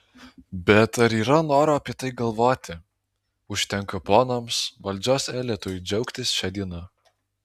bet ar yra noro apie tai galvoti užtenka ponams valdžios elitui džiaugtis šia diena